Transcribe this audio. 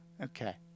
Okay